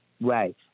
Right